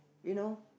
you know